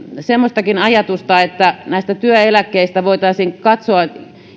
semmoistakin ajatusta että työeläkkeistä voitaisiin katsoa